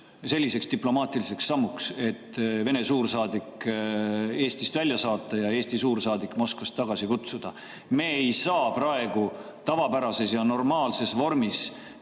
selliseks diplomaatiliseks sammuks, et Vene suursaadik Eestist välja saata ja Eesti suursaadik Moskvast tagasi kutsuda. Me ei saa praegu Vene riigiga kui